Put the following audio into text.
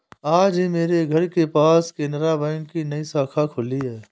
आज ही मेरे घर के पास केनरा बैंक की नई शाखा खुली है